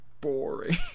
boring